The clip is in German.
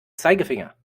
zeigefinger